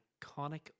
iconic